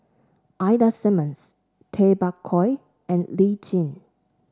Ida Simmons Tay Bak Koi and Lee Tjin